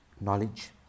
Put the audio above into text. knowledge